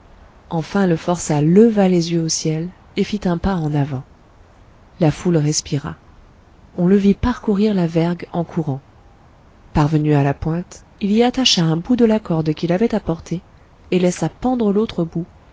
enfin le forçat leva les yeux au ciel et fit un pas en avant la foule respira on le vit parcourir la vergue en courant parvenu à la pointe il y attacha un bout de la corde qu'il avait apportée et laissa pendre l'autre bout